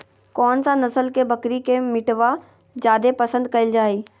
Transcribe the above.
कौन सा नस्ल के बकरी के मीटबा जादे पसंद कइल जा हइ?